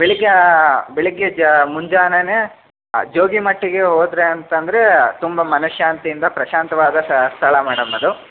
ಬೆಳಗ್ಗೆ ಬೆಳಗ್ಗೆ ಜಾ ಮುಂಜಾನೆಯೇ ಜೋಗಿಮಟ್ಟಿಗೆ ಹೋದ್ರಿ ಅಂತಂದರೆ ತುಂಬ ಮನಃಶಾಂತಿಯಿಂದ ಪ್ರಶಾಂತವಾದ ಸ್ಥಳ ಮೇಡಮ್ ಅದು